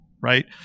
right